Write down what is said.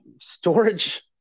Storage